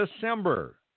December